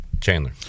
Chandler